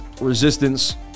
resistance